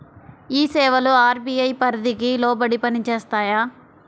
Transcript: ఈ సేవలు అర్.బీ.ఐ పరిధికి లోబడి పని చేస్తాయా?